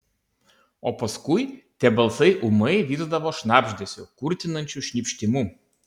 o paskui tie balsai ūmai virsdavo šnabždesiu kurtinančiu šnypštimu